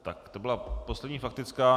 Tak to byla poslední faktická.